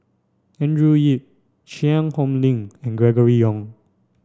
Andrew Yip Cheang Hong Lim and Gregory Yong